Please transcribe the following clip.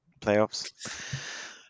playoffs